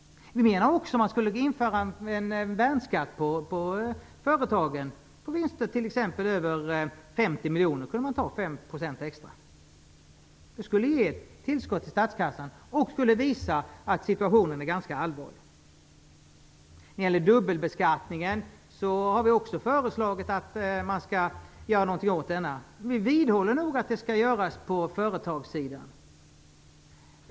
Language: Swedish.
Vi menar också att man skulle kunna införa en värnskatt på företagen. På vinster t.ex. över 50 miljoner skulle man kunna ta 5 % extra. Det skulle ge ett tillskott till statskassan, och det skulle visa att situationen är ganska allvarlig. Vi har föreslagit att man skall göra någonting åt dubbelbeskattningen. Vi vidhåller att det skall göras på företagssidan.